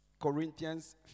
Corinthians